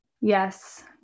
Yes